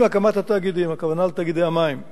עם הקמת התאגידים, תאגידי המים,